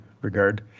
regard